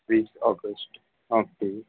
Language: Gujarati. ત્રીસ ઑગસ્ટ ઓકે